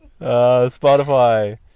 Spotify